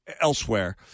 elsewhere